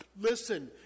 Listen